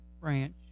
branch